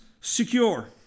secure